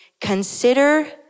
consider